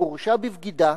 הוא הורשע בבגידה,